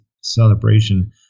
celebration